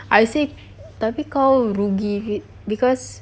I say tapi kau rugi be~ because